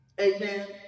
Amen